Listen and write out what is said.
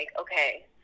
okay